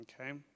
okay